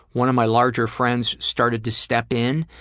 one of my larger friends started to step in,